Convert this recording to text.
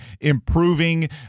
improving